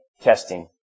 testing